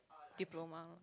diploma